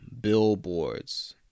billboards